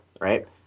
right